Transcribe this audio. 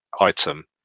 item